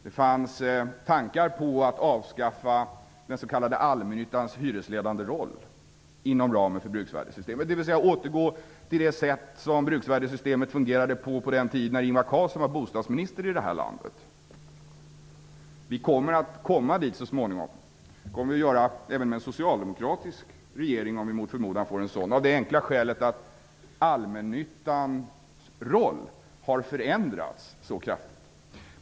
Det fanns tankar på att avskaffa den s.k. allmännyttans hyresledande roll inom ramen för bruksvärdessystemet, dvs. återgå till det sätt på vilket bruksvärdessystemet fungerade på den tiden Ingvar Carlsson var bostadsminister i detta land. Vi kommer dit så småningom. Det kommer vi att göra även med en socialdemokratisk regering, om vi mot förmodan får en sådan, av det enkla skälet att allmännyttans roll har förändrats så kraftigt.